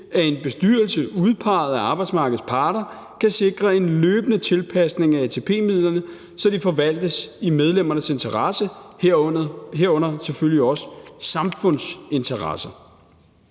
at en bestyrelse, udpeget af arbejdsmarkedets parter, kan sikre en løbende tilpasning af ATP-midlerne, så de forvaltes i medlemmernes interesse, herunder selvfølgelig også i samfundets interesse.